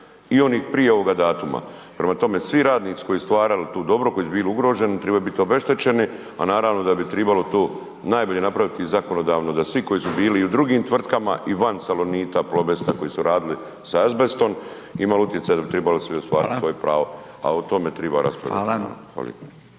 i onih prije ovoga datuma. Prema tome, svi radnici koji su stvarali tu dobro, koji su bili ugroženi, trebaju biti obeštećeni a naravno da bi trebalo to najbolje napraviti zakonodavno da svi koji su bili u drugim tvrtkama i van Salonita, Plobesta koji su radili sa azbestom, imali utjecaj da .../Govornik se ne razumije./... trebali ostvariti svoje pravo ali o tome treba raspravljati.